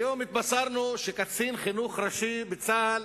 היום התבשרנו שקצין חינוך ראשי בצה"ל